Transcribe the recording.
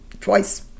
Twice